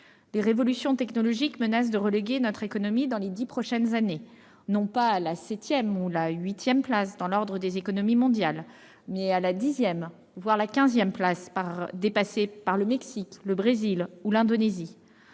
les révolutions technologiques menacent de reléguer notre économie dans les dix prochaines années, non pas à la septième ou à la huitième place dans l'ordre des économies mondiales, mais à la dixième, voire à la quinzième, derrière le Mexique, le Brésil ou l'Indonésie.